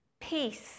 Peace